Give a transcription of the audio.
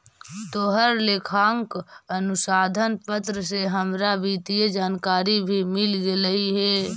तोहर लेखांकन अनुसंधान पत्र से हमरा वित्तीय जानकारी भी मिल गेलई हे